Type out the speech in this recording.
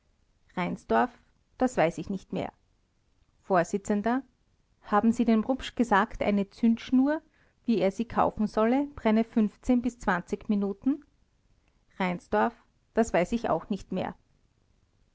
das weiß ich nicht mehr vors haben sie dem rupsch gesagt eine zündschnur schnur wie er sie kaufen solle brenne bis minuten r das weiß ich auch nicht mehr